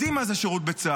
יודעים מה זה שירות בצה"ל.